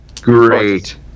Great